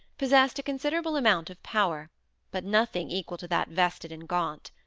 possessed a considerable amount of power but nothing equal to that vested in gaunt.